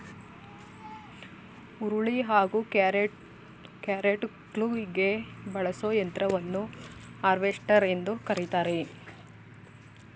ಹುರುಳಿ ಹಾಗೂ ಕ್ಯಾರೆಟ್ಕುಯ್ಲಿಗೆ ಬಳಸೋ ಯಂತ್ರವನ್ನು ಹಾರ್ವೆಸ್ಟರ್ ಎಂದು ಕರಿತಾರೆ